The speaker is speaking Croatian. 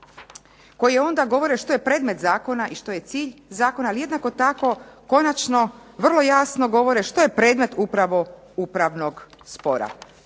koje onda govore što je predmet zakona i što je cilj zakona ali jednako tako konačno vrlo jasno govore što je predmet upravo upravnog spora.